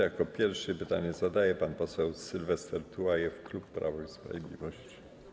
Jako pierwszy pytanie zadaje pan poseł Sylwester Tułajew, klub Prawo i Sprawiedliwość.